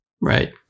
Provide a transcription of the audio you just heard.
right